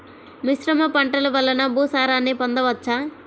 మిశ్రమ పంటలు వలన భూసారాన్ని పొందవచ్చా?